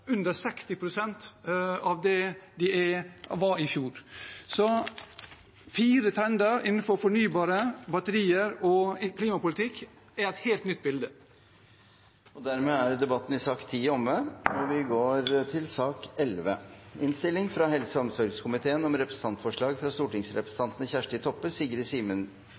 under 60 pst. av det de var i fjor. Så fire trender innenfor fornybare batterier og klimapolitikk er et helt nytt bilde. Flere har ikke bedt om ordet til sak nr. 10. Etter ønske fra helse- og omsorgskomiteen vil presidenten foreslå at taletiden blir begrenset til 5 minutter til hver partigruppe og